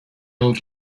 old